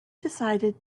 decided